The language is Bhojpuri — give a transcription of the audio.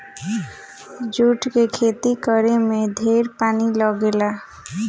जुट के खेती करे में ढेरे पानी लागेला